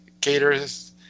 caters